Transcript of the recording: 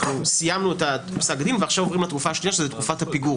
סיימנו את פסק הדין ועכשיו עוברים לתקופה השנייה שזאת תקופת הפיגור.